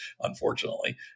unfortunately